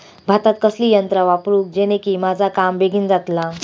भातात कसली यांत्रा वापरुची जेनेकी माझा काम बेगीन जातला?